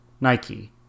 Nike